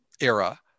era